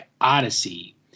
Odyssey